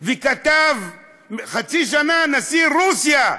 וכתב, לפני חצי שנה, נשיא רוסיה,